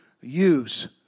use